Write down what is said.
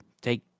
Take